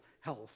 health